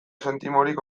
zentimorik